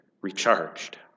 recharged